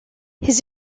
his